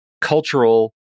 cultural